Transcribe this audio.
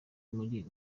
muri